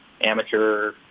amateur